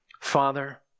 Father